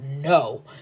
No